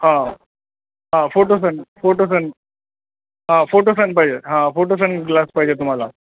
हां हां फोटोसन फोटोसन हा फोटोसन पाहिजे हां फोटोसन ग्लास पाहिजे तुम्हाला